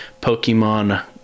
pokemon